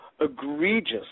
egregious